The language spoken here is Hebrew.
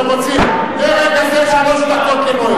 מרגע זה שלוש דקות לנואם.